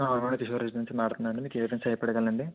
నుంచి మాట్లడుతున్నానండి మేకు ఏవిధంగా సహాయపడగలనండి